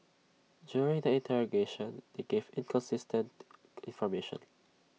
during the interrogation they gave inconsistent information